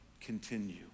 continue